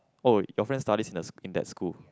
oh your friend studies in the in that school